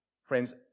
Friends